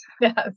yes